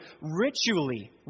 ritually